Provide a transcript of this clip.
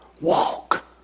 walk